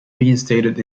reinstated